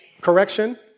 correction